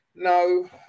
No